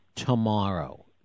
tomorrow